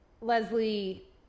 Leslie